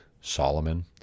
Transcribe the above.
Solomon